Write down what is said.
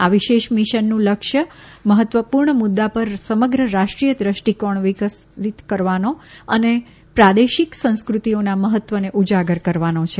આ વિશેષ મિશનનું લક્ષ્ય મહત્વપૂર્ણ મુદ્દા પર સમગ્ર રાષ્ટ્રીય દ્રષ્ટિકોણ વિકસિત કરવાનો અને પ્રાદેશિક સંસ્કૃતિઓના મહત્વને ઉજાગર કરવાનો છે